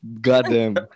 Goddamn